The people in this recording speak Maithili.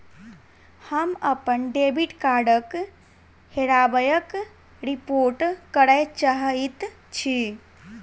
हम अप्पन डेबिट कार्डक हेराबयक रिपोर्ट करय चाहइत छि